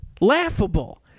Laughable